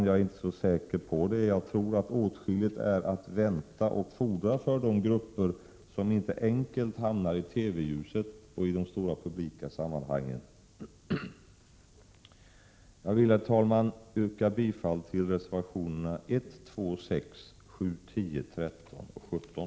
Jag är inte så säker på det, utan jag tror att åtskilligt är att vänta och fordra för de grupper som inte så enkelt kommer fram i TV-ljuset och i de stora publika sammanhangen. Herr talman! Jag yrkar bifall till reservationerna 1, 2, 6, 7, 10, 13 och 17.